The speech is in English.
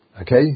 Okay